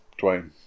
Dwayne